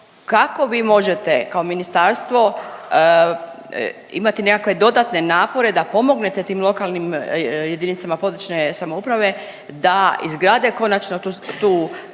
kako vi možete kao ministarstvo imati nekakve dodatne napore da pomognete tim lokalnim jedinicama područne samouprave da izgrade konačno tu